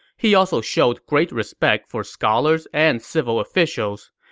he also showed great respect for scholars and civil officials.